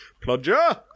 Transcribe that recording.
Plunger